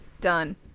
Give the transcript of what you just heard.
Done